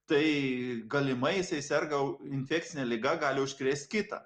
tai galimai jisai serga infekcine liga gali užkrėst kitą